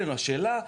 השאלה,